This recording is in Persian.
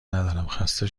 ندارم، خسته